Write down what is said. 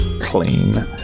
clean